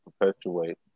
perpetuate